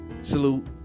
salute